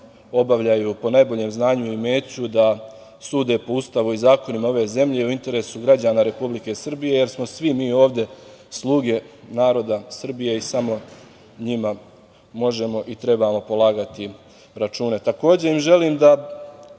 obavljaju po najboljem znanju i umeću, da sude po Ustavu i zakonima ove zemlje, u interesu građana Republike Srbije, jer smo svi mi ovde sluge naroda Srbije i samo njima možemo i trebamo polagati račune. Takođe im želim da